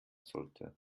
sollte